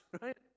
right